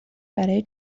برای